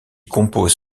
compose